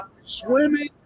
Swimming